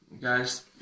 guys